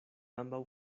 ambaŭ